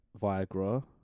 viagra